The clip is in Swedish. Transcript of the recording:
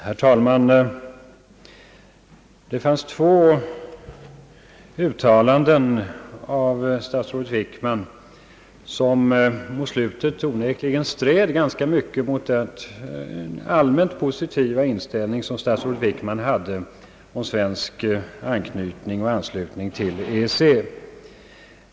Herr talman! Det fanns två uttalanden mot slutet i statsrådet Wickmans anförande vilka onekligen stred ganska mycket mot den allmänt positiva inställning som han hade till svensk anknytning eller anslutning till EEC.